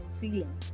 feeling